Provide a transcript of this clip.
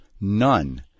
None